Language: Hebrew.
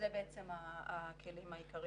אלה בעצם הכלים העיקריים.